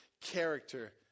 character